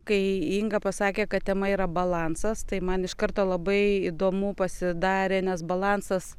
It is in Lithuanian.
kai inga pasakė kad tema yra balansas tai man iš karto labai įdomu pasidarė nes balansas